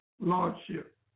lordship